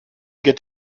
get